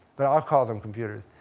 but i'll call them computers.